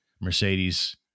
Mercedes